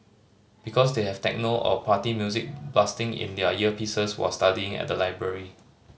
because they have techno or party music blasting in their earpieces while studying at the library